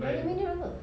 vitamin dia berapa